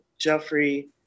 Jeffrey